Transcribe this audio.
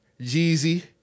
Jeezy